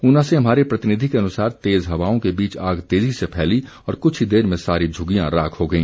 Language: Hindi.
ऊना से हमारे प्रतिनिधि के अनुसार तेज हवाओं के बीच आग तेजी से फैली और कुछ ही देर में सारी झुग्गियां राख हो गई